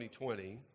2020